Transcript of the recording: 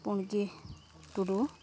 ᱯᱩᱬᱜᱤ ᱴᱩᱰᱩ